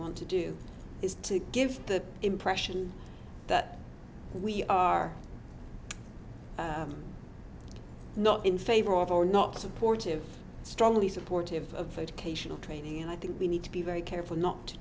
want to do is to give the impression that we are not in favor of or not supportive strongly supportive of educational training and i think we need to be very careful not to